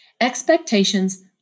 Expectations